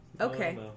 Okay